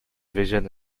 vision